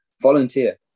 Volunteer